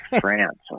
France